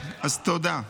אז תודה.